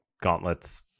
Gauntlets